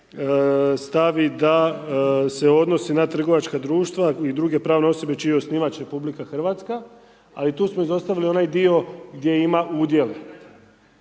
stavi da se odnosi na trgovačka društva i druge pravne osobe čiji je osnivač RH, ali tu smo izostavili onaj dio gdje ima udjel.